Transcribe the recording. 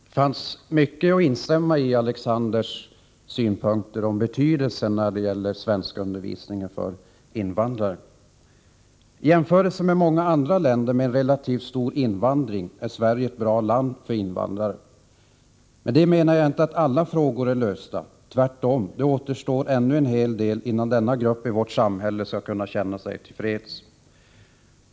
Herr talman! Man kan instämma i mycket av Alexander Chrisopoulos synpunkter beträffande betydelsen av svenskundervisning för invandrare. I jämförelse med många andra länder med en relativt stor invandring är Sverige ett bra land för invandrarna. Med det menar jag inte att alla frågor är lösta. Tvärtom: Det återstår ännu en hel del, innan denna grupp i vårt samhälle skall kunna känna sig till freds.